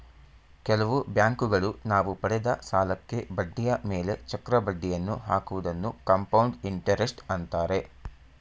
ಕೆಲವು ಬ್ಯಾಂಕುಗಳು ನಾವು ಪಡೆದ ಸಾಲಕ್ಕೆ ಬಡ್ಡಿಯ ಮೇಲೆ ಚಕ್ರ ಬಡ್ಡಿಯನ್ನು ಹಾಕುವುದನ್ನು ಕಂಪೌಂಡ್ ಇಂಟರೆಸ್ಟ್ ಅಂತಾರೆ